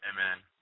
Amen